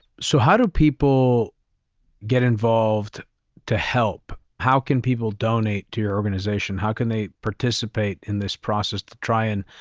so how do people get involved to help? how can people donate to your organization? how can they participate in this process to try and